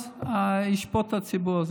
אז הציבור ישפוט את זה.